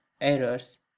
errors